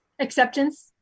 acceptance